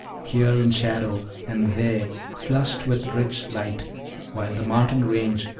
here in shadow, and there flushed with rich light while the mountain range,